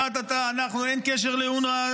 אין קשר לאונר"א,